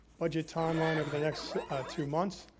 budget timeline over the next two months.